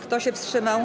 Kto się wstrzymał?